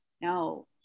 no